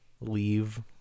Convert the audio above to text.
leave